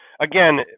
again